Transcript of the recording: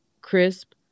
crisp